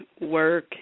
work